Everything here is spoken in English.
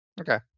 Okay